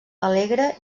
alegre